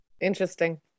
Interesting